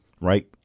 Right